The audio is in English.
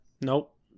nope